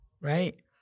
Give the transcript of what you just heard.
right